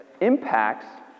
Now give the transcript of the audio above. impacts